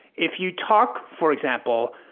if you talk, for example,